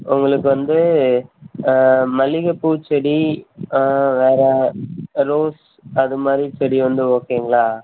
உங்களுக்கு வந்து மல்லிகைப்பூ செடி வேறு ரோஸ் அது மாதிரி செடி வந்து ஓகேங்களா